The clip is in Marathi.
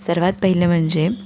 सर्वात पहिलं म्हणजे